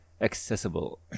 accessible